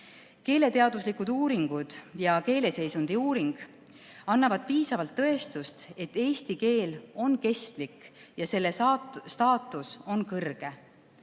Keeleteaduslikud uuringud ja keele seisundi uuring annavad piisavalt tõestust, et eesti keel on kestlik ja selle staatus on kõrge.